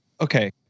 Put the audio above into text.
okay